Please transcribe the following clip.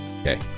Okay